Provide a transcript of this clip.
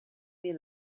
been